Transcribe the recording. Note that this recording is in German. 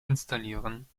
installieren